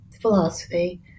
philosophy